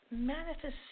manifestation